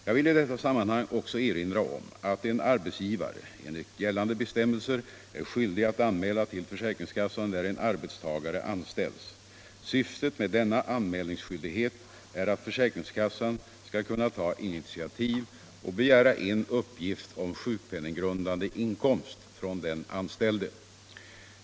Jag vill i detta sammanhang också erinra om att en arbetsgivare enligt gällande bestämmelser är skyldig att anmäla till försäkringskassan när en arbetstagare anställs. Syftet med denna anmälningsskyldighet är att försäkringskassan skall kunna ta initiativ och begära in uppgift om sjukpenninggrundande inkomst från den anställde.